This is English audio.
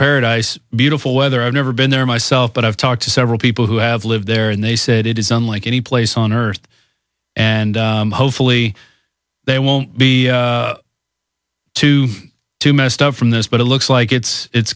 paradise beautiful weather i've never been there myself but i've talked to several people who have lived there and they said it is unlike any place on earth and hopefully they won't be too too messed up from this but it looks like it's